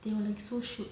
they were like so shook